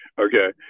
Okay